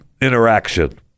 interaction